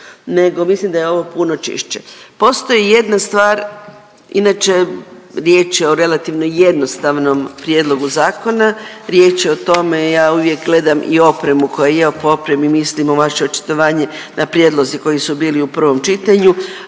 nego mislim da je ovo puno čišće. Postoji jedna stvar, inače riječ je o relativno jednostavnom prijedlogu zakona. Riječ je o tome, ja uvijek gledam i opremu koja je, po opremi mislim vaše očitovanje na prijedlozi koji su bili u prvom čitanju.